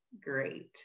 Great